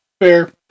Fair